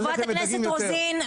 חברת הכנסת רוזין,